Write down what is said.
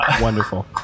Wonderful